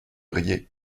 riez